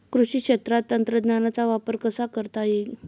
कृषी क्षेत्रात तंत्रज्ञानाचा वापर कसा करता येईल?